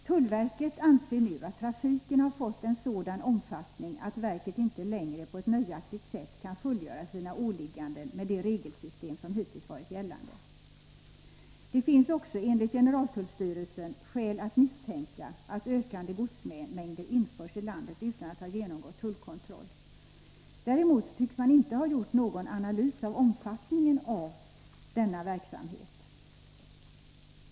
Tullverket anser nu att trafiken har fått en sådan omfattning att verket inte längre på ett nöjaktigt sätt kan fullgöra sina åligganden med det regelsystem som hittills varit gällande. Det finns också enligt generaltullstyrelsen skäl att misstänka att ökande godsmängder införs i landet utan att ha genomgått tullkontroll. Någon analys av omfattningen av denna verksamhet tycks emellertid inte ha gjorts.